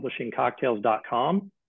publishingcocktails.com